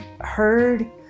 heard